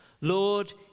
Lord